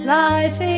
life